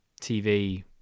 tv